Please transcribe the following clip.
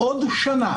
עוד שנה